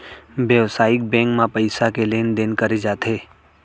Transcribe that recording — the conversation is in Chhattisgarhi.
बेवसायिक बेंक म पइसा के लेन देन करे जाथे